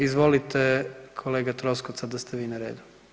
Izvolite kolega Troskot, sada ste vi na redu.